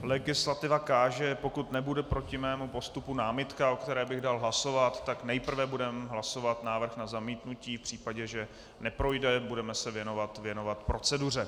Legislativa káže, pokud nebude proti mému postupu námitka, o které bych dal hlasovat, tak nejprve budeme hlasovat návrh na zamítnutí, v případě, že neprojde, budeme se věnovat proceduře.